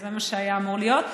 זה מה שהיה אמור להיות,